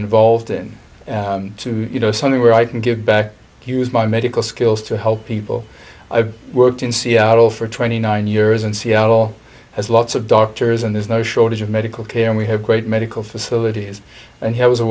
involved in to you know something where i can get back here's my medical skills to help people i've worked in seattle for twenty nine years in seattle has lots of doctors and there's no shortage of medical care and we have great medical facilities and here was a